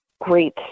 Great